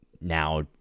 now